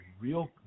real